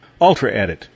UltraEdit